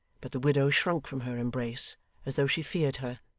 but the widow shrunk from her embrace as though she feared her,